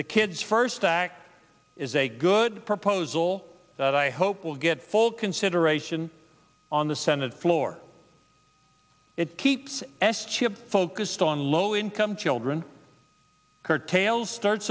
the kids first act is a good proposal that i hope will get full consideration on the senate floor it keeps s chip focused on low income children curtails starts